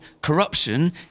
Corruption